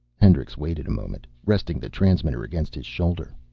hendricks waited a moment, resting the transmitter against his shoulder.